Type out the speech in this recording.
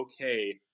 okay